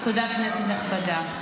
תודה, כנסת נכבדה.